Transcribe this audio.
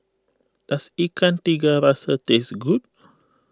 does Ikan Tiga Rasa taste good